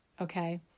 Okay